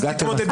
אז תתמודדי.